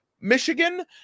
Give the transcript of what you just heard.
Michigan